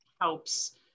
helps